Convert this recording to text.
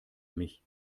mich